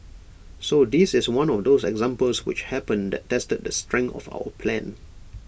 so this is one of those examples which happen that tested the strength of our plan